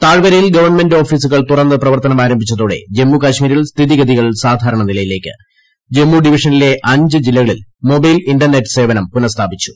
താഴ്വരയിൽ ഗവൺമെന്റ് ഓഫ്ടീസുകൾ തുറന്ന് പ്രവർത്തനം ആരംഭിച്ചതോടെ ജമ്മുകാശ്മീരിൽസ്ഥിതിഗതികൾ സാധാരണനിലയിലേക്ക് ജമ്മു ഡിവിഷനിലെ അഞ്ച് ജില്ലികളിൽ മൊബൈൽ ഇന്റർനെറ്റ് സേവനം പുനഃസ്ഥാപിച്ചു